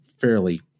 fairly